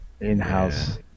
in-house